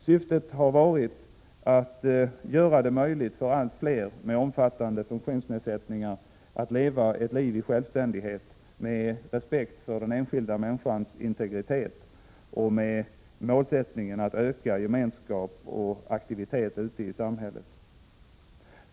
Syftet har varit att göra det möjligt för allt fler människor som har omfattande funktionsnedsättningar att leva ett självständigt liv, med respekt för den enskilda människans integritet och med målsättningen att öka gemenskapen och aktiviteterna ute i samhället.